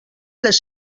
les